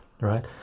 right